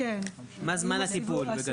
מה זמן הטיפול בגדול.